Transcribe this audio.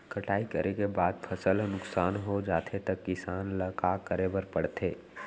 कटाई करे के बाद फसल ह नुकसान हो जाथे त किसान ल का करे बर पढ़थे?